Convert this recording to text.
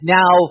now